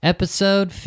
Episode